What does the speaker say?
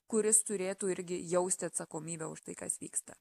kuris turėtų irgi jausti atsakomybę už tai kas vyksta